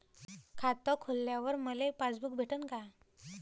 खातं खोलल्यावर मले पासबुक भेटन का?